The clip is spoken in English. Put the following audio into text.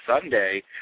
Sunday